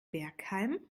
bergheim